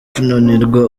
kunanirwa